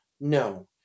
no